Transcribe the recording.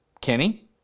Kenny